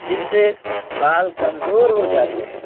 جن سے بال کمزور ہو جاتے ہیں